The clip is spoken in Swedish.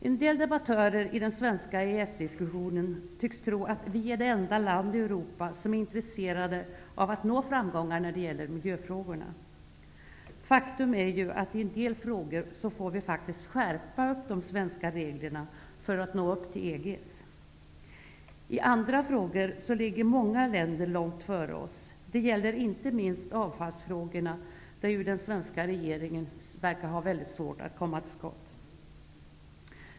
En del debattörer i den svenska EES-diskussionen tycks tro att Sverige är det enda land i Europa som är intresserat av att nå framgångar när det gäller miljöfrågorna. Faktum är att vi i en del frågor får skärpa de svenska reglerna för att nå upp till EG:s. I andra frågor ligger många länder långt före oss. Det gäller inte minst avfallsfrågorna, där den svenska regeringen verkar ha svårt att komma till skott.